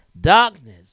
Darkness